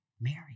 Mary